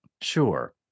Sure